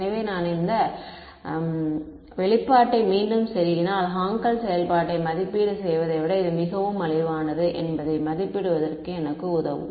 எனவே நான் இந்த வெளிப்பாட்டை மீண்டும் செருகினால் ஹான்கல் செயல்பாட்டை மதிப்பீடு செய்வதைவிட இது மிகவும் மலிவானது என்பதை மதிப்பிடுவதற்கு எனக்கு உதவும்